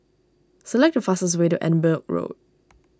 select the fastest way to Edinburgh Road